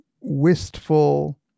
wistful